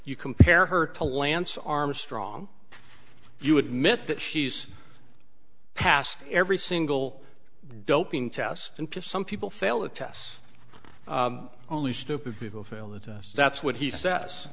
you compare her to lance armstrong you admit that she's passed every single doping test and to some people fail the tests only stupid people feel that that's what he says